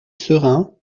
serein